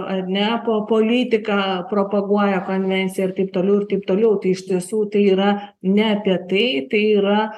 ar ne po politiką propaguoja konvenciją ir taip toliau ir taip toliau tai iš tiesų tai yra ne apie tai tai yra